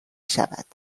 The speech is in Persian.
شود